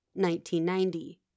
1990